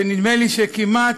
שנדמה לי שכמעט,